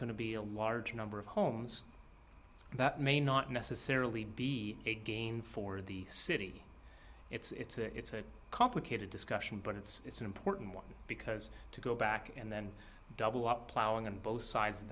going to be a large number of homes that may not necessarily be a gain for the city it's a it's a complicated discussion but it's an important one because to go back and then double up plowing and both sides